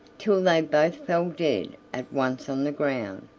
till they both fell dead at once on the ground.